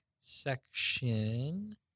section